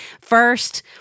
First